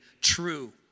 true